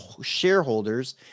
shareholders